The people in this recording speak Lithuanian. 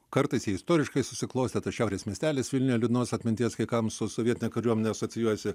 kartais jie istoriškai susiklostę tai šiaurės miestelis vilniuje liūdnos atminties kai kam su sovietine kariuomene asocijuojasi